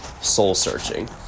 soul-searching